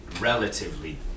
relatively